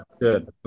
Good